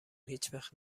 هیچوقت